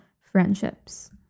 friendships